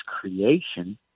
creation